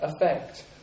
effect